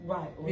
Right